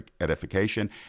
edification